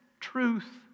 truth